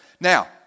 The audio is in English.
Now